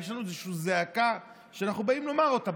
יש לנו איזושהי זעקה שאנחנו באים לומר אותה,